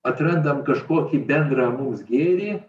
atrandam kažkokį bendrą mūsų gėrį